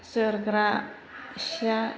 जोरग्रा सिया